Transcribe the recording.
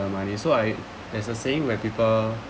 the money so I there's a saying where people